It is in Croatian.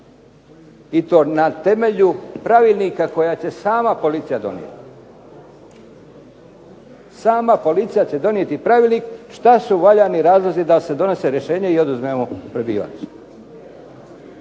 i to na temelju pravilnika koja će sama policija donijeti. Sama policija će donijeti pravilnik što su valjani razlozi da se donose rješenja i oduzme mu prebivalište.